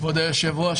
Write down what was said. כבוד היושב-ראש,